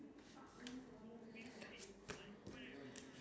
but then in Singapore I feel like it's so expensive